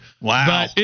Wow